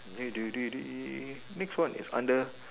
next one is under